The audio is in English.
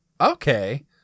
Okay